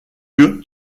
lieu